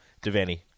Devaney